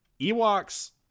Ewok's